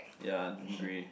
ya grey